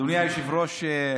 אדוני היושב-ראש,